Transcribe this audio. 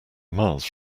miles